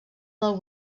del